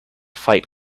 fight